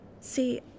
see